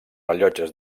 rellotges